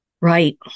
Right